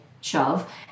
shove